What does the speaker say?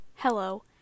Hello